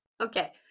okay